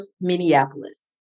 Minneapolis